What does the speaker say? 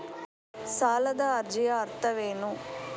ಸಾಲದ ಅರ್ಜಿಯ ಅರ್ಥವೇನು?